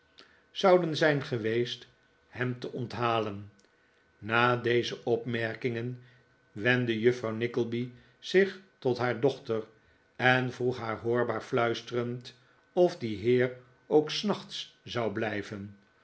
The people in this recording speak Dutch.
zouden zijn geweest hem te onthalen na deze opmerkingen wendde juffrouw nickleby zich tot haar dochter en vroeg haar hoorbaar fluisterend of die heer ook s nachts zou blijven